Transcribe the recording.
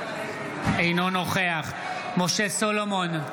אינו נוכח משה סולומון,